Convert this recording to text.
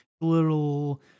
little